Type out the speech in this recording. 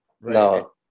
no